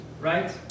right